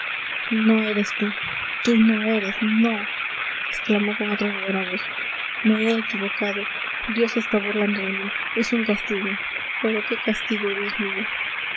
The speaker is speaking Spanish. no eres tú tú no eres no exclamó con atronadora voz me he equivocado dios se está burlando de mí es un castigo pero qué castigo dios mío